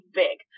big